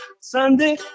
Sunday